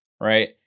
right